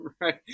Right